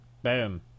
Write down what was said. Boom